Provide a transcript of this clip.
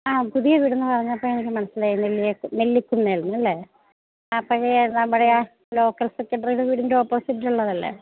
ആ പുതിയ വീടെന്നു പറഞ്ഞപ്പോള് എനിക്കു മനസ്സിലായി നെല്ലിക്കുന്നേൽ അല്ലേ ആ പഴയ നമ്മുടെയാ ലോക്കൽ സെക്രട്ടറിയുട വീടിൻ്റെ ഓപ്പോസിറ്റ് ഉള്ളതല്ലേ